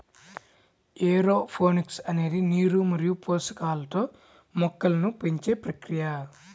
aeroponics అనేది నీరు మరియు పోషకాలతో మొక్కలను పెంచే ప్రక్రియ